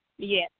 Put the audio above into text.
Yes